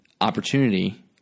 opportunity